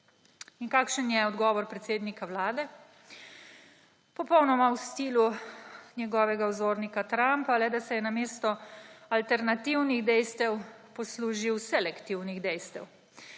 In kakšen je odgovor predsednika Vlade? Popolnoma v stilu njegovega vzornika Trumpa, le, da se je namesto alternativnih dejstev poslužil selektivnih dejstev.